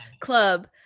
club